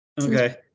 Okay